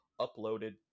uploaded